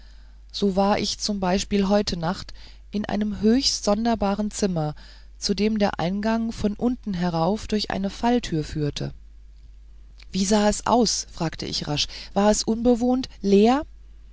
so war ich z b heute nacht in einem höchst sonderbaren zimmer zu dem der eingang von unten herauf durch eine falltür führte wie sah es aus fragte ich rasch war es unbewohnt leer